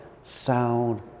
Sound